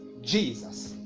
Jesus